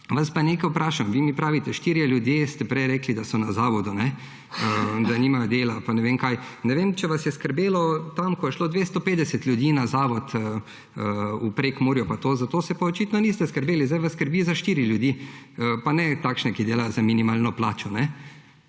Vas pa nekaj vprašam, vi ste prej rekli, da so štirje ljudje na zavodu, da nimajo dela pa ne vem kaj. Ne vem, če vas je skrbelo tam, ko je šlo 250 ljudi na zavod v Prekmurju pa to. Za to pa očitno niste skrbeli, zdaj vas skrbi za štiri ljudi, pa ne takšne, ki delajo za minimalno plačo.